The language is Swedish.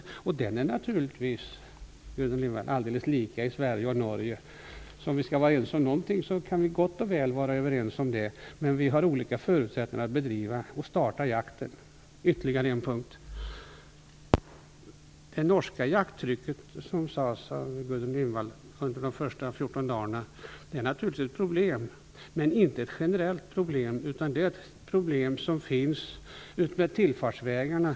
Den är, Gudrun Lindvall, naturligtvis alldeles lika i Norge och Sverige. Skall vi vara överens om något kan vi gott och väl vara överens om det. Men det råder olika förutsättningar för att starta och bedriva jakt. Det norska jakttrycket under de 14 första dagarna är, som Gudrun Lindvall nämnde, naturligtvis ett problem. Men det är inte ett generellt problem, utan ett problem som finns utmed tillfartsvägarna.